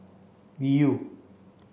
viu